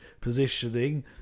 positioning